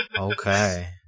Okay